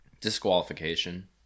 Disqualification